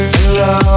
Hello